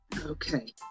Okay